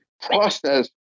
process